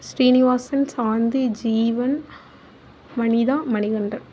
Srinivasan Shanti Jeevan Vanitha Manikandan